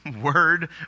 word